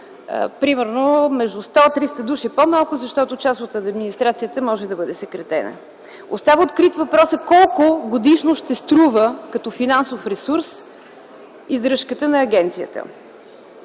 примерно между 100-300 души по-малко, защото част от администрацията може да бъде съкратена. Остава открит въпросът колко годишно ще струва като финансов ресурс издръжката на агенцията.